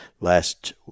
last